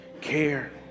care